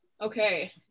okay